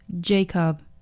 Jacob